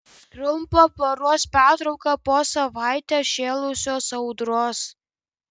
trumpa paros pertrauka po savaitę šėlusios audros